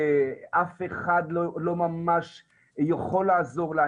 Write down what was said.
אף אחד לא יכול לעזור לה.